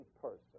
person